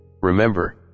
remember